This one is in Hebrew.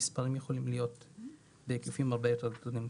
המספרים יכולים להיות בהיקפים הרבה יותר גדולים.